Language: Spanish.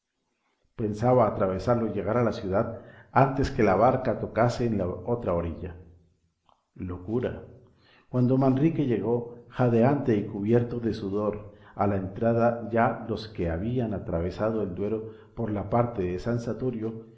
pensaba atravesarlo y llegar a la ciudad antes que la barca tocase en la otra orilla locura cuando manrique llegó jadeante y cubierto de sudor a la entrada ya los que habían atravesado el duero por la parte de san saturio